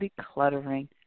Decluttering